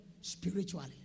spiritually